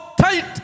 tight